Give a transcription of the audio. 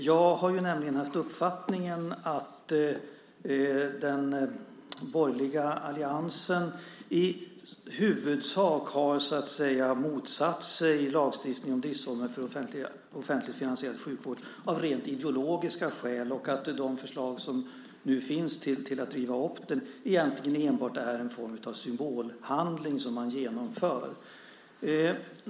Jag har nämligen haft uppfattningen att den borgerliga alliansen i huvudsak har motsatt sig lagstiftningen om driftsformer för de offentligt finansierade sjukhusen av rent ideologiska skäl och att de förslag som nu finns till att riva upp den egentligen enbart är en form av symbolhandling som man genomför.